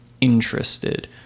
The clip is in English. interested